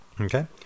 Okay